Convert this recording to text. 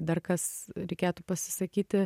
dar kas reikėtų pasisakyti